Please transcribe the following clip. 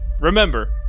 remember